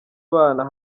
bana